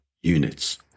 units